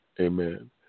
Amen